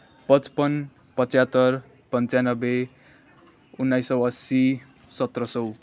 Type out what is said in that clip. पचपन्न पचहत्तर पन्चानब्बे उन्नाइस सौ असी सत्र सौ